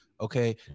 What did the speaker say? Okay